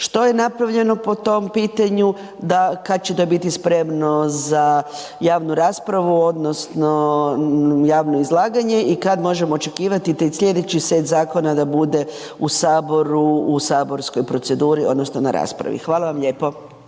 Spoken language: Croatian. što je napravljeno po tom pitanju da kada će to biti spremno za javnu raspravu, odnosno javno izlaganje i kad možemo očekivati taj sljedeći set zakona da bude u Saboru, u saborskoj proceduri, odnosno na raspravi? Hvala vam lijepo.